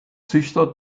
züchter